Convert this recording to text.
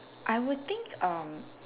I would think erm